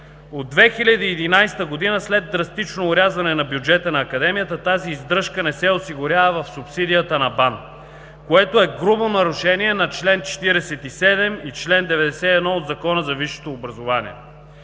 От 2011 г. след драстично орязване на бюджета на Академията, тази издръжка не се осигурява в субсидията на БАН, което е грубо нарушение на чл. 47 и чл. 91 от Закона за висшето образование.